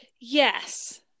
Yes